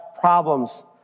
problems